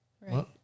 Right